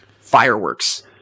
fireworks